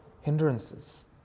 hindrances